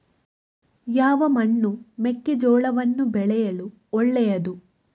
ಯಾವ ಮಣ್ಣು ಮೆಕ್ಕೆಜೋಳವನ್ನು ಬೆಳೆಯಲು ಒಳ್ಳೆಯದು?